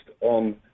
on